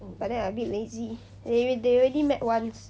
but then a bit lazy they already met once